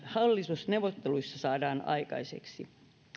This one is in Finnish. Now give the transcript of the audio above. hallitusneuvotteluissa saadaan aikaiseksi